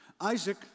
Isaac